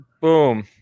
Boom